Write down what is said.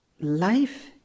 life